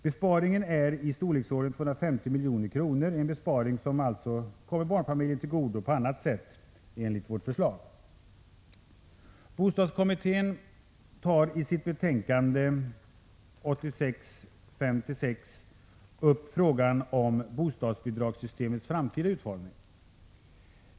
Besparingen är i storleksordningen 250 milj.kr., en besparing som alltså kommer barnfamiljerna till godo på annat sätt enligt vårt förslag. Bostadskommittén tar i sitt betänkande SOU 1986:5-6 upp frågan om bostadsbidragssystemets framtida utformning.